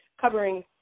covering